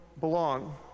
belong